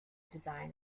design